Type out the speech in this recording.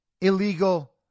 illegal